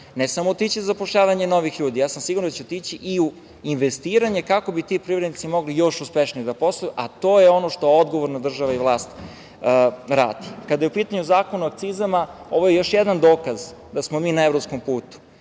ne samo otići za zapošljavanje novih ljudi, ja sam siguran da će otići i u investiranje kako bi ti privrednici mogli još uspešnije da posluju, a to j ono što odgovoran država i vlast rade. Kada je u pitanju zakon o akcizama, ovo je još jedan dokaz da smo mi na evropskom putu,